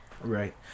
Right